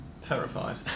terrified